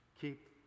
keep